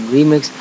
Remix